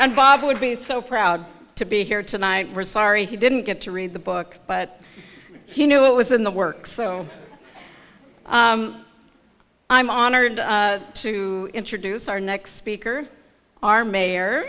and bob would be so proud to be here tonight we're sorry he didn't get to read the book but he knew it was in the works so i'm honored to introduce our next speaker our mayor